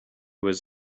was